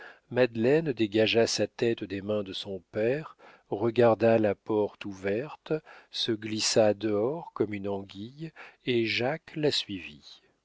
dégagea sa tête des mains de son père regarda la porte ouverte se glissa dehors comme une anguille et jacques la suivit